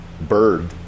bird